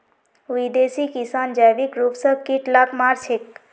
विदेशी किसान जैविक रूप स कीट लाक मार छेक